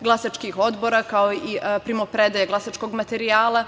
glasačkih odbora, kao i primopredaja glasačkog materijala,